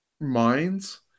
minds